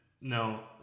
No